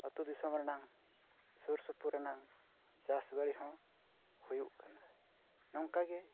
ᱟᱛᱳ ᱫᱤᱥᱚᱢ ᱨᱮᱱᱟᱜ ᱥᱩᱨᱼᱥᱩᱯᱩᱨ ᱨᱮᱱᱟᱜ ᱪᱟᱥ ᱵᱟᱹᱲᱤ ᱦᱚᱸ ᱦᱩᱭᱩᱜ ᱠᱟᱱᱟ ᱱᱚᱝᱠᱟ ᱜᱮ